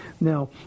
Now